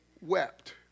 wept